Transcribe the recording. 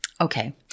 Okay